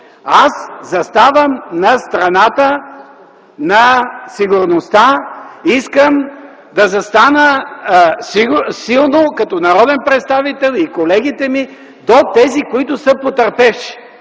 Аз заставам на страната на сигурността. Искам да застана силно като народен представител, а и колегите ми – до тези, които са потърпевши,